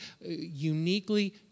uniquely